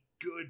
good